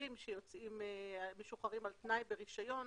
אסירים המשוחררים על תנאי ברישיון